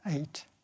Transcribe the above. eight